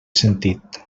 sentit